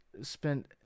spent